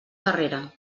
darrera